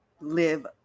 live